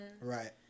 Right